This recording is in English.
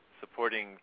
supporting